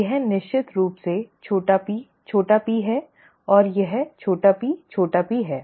यह निश्चित रूप से छोटा p छोटा p है और यह छोटा p छोटा p है